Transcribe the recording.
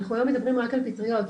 אנחנו לא מדברים רק על פטריות,